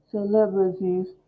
Celebrities